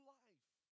life